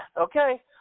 Okay